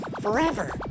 forever